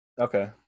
okay